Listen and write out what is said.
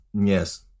Yes